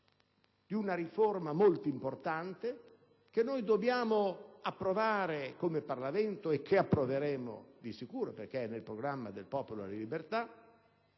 di una riforma molto importante, che noi dobbiamo approvare come Parlamento e che approveremo di sicuro, perché è nel programma del Popolo della Libertà.